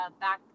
back